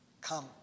come